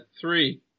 three